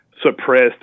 suppressed